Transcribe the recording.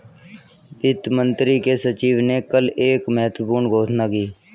वित्त मंत्री के सचिव ने कल एक महत्वपूर्ण घोषणा की